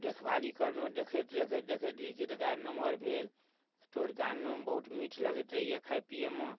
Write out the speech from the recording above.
देखभाली करनौ देखैत देखैत देखैत जे छै तकरा बाद नमहर भेल तोड़ि कऽ आनलहुॅं बहुत मीठ लगैत रहै यऽ खाइ पियै मे